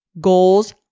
Goals